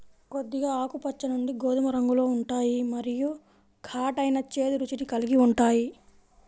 కొద్దిగా ఆకుపచ్చ నుండి గోధుమ రంగులో ఉంటాయి మరియు ఘాటైన, చేదు రుచిని కలిగి ఉంటాయి